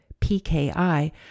PKI